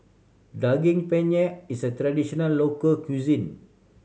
Daging Penyet is a traditional local cuisine